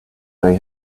they